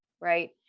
right